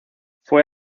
fue